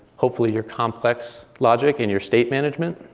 hopefully, your complex logic and your state management.